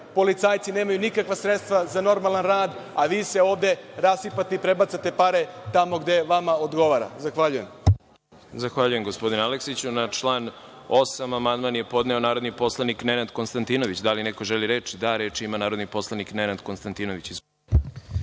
Policajci nemaju nikakva sredstva za normalan rad, a vi se ovde rasipate i prebacujete pare tamo gde vama odgovara. Zahvaljujem. **Đorđe Milićević** Zahvaljujem gospodine Aleksiću. Na član 8. amandman je podneo narodni poslanik Nenad Konstantinović. Da li neko želi reč? Reč ima narodni poslanik Nenad Konstantinović.